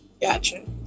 gotcha